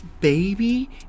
baby